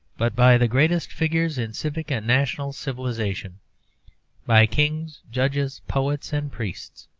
but by the greatest figures in civic and national civilization by kings, judges, poets, and priests.